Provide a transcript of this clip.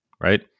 right